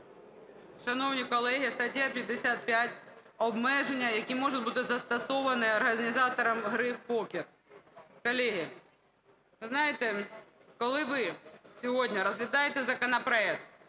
Шановні колеги, стаття 55 "Обмеження, які можуть бути застосовані організатором гри в покер". Колеги, ви знаєте, коли ви сьогодні розглядаєте законопроект,